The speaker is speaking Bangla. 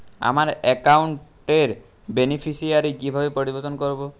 আমার অ্যাকাউন্ট র বেনিফিসিয়ারি কিভাবে পরিবর্তন করবো?